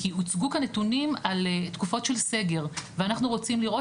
כי הוצגו כאן נתונים על תקופות של סגר ואנחנו רוצים לראות